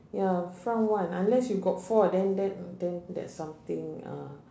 ya front one unless you got four then then then that's something ah